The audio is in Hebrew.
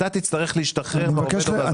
אתה תצטרך להשתחרר מהעובד או מהזכיין.